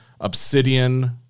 obsidian